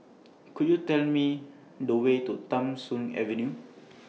Could YOU Tell Me The Way to Tham Soong Avenue